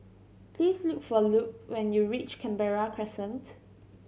please look for Lupe when you reach Canberra Crescent